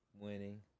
winning